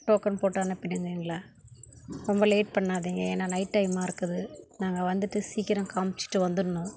token போட்டு அனுப்பிவிடுங்க எங்களை ரொம்ப லேட் பண்ணாதீங்க ஏன்னா நைட்டு டைமாக இருக்குது நாங்கள் வந்துவிட்டு சீக்கிரம் காமிச்சிவிட்டு வந்துரணும்